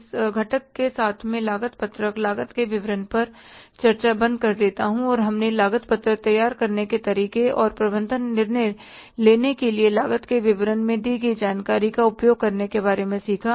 इस घटक के साथ मैं लागत पत्रक लागत के विवरण पर चर्चा बंद कर देता हूं और हमने लागत पत्रक तैयार करने के तरीके और प्रबंधन निर्णय लेने के लिए लागत के विवरण में दी गई जानकारी का उपयोग करने के बारे में सीखा